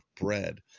bread